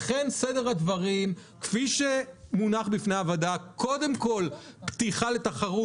לכן סדר הדברים כפי שמונח בפני הוועדה הוא קודם כול פתיחה לתחרות,